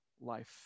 life